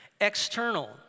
external